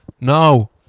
no